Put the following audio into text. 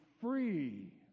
free